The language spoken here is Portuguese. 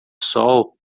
sol